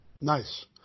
Nice